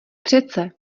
přece